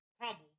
crumble